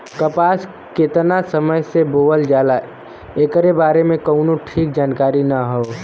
कपास केतना समय से बोअल जाला एकरे बारे में कउनो ठीक जानकारी ना हौ